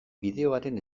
bideoaren